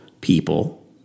people